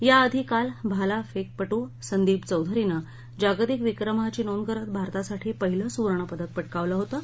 याआधी काल भालाफेकपट् संदीप चौधरीनं जागतिक विक्रमाची नोंद करत भारतासाठी पहिलं सुवर्ण पदक पटकावलं होतं